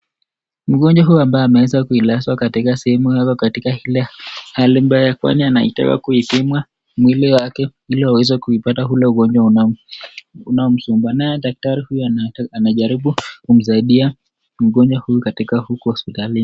Mgonjwa ambaye amelazwa katika ile sehemu mbanya anataka kupimwa mwili yake ili aweze ile ugonjwa inayo msumbua. Naye daktari anajaribu kumsaidia mgonjwa katika hospitali.